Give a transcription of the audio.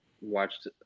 watched